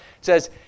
says